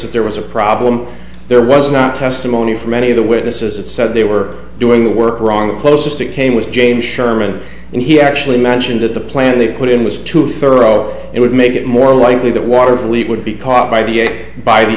that there was a problem there was not testimony from any of the witnesses that said they were doing the work wrong the closest it came was james sherman and he actually mentioned at the plan they put in was too thorough it would make it more likely that water fleet would be caught by the